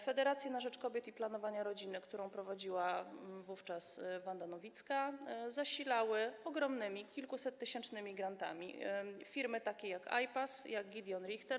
Federację na Rzecz Kobiet i Planowania Rodziny, którą prowadziła wówczas Wanda Nowicka, zasilały ogromnymi, kilkusettysięcznymi grantami takie firmy jak Ipas, jak Gedeon Richter.